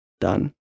done